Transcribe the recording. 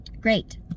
great